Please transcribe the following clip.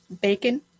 bacon